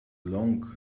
long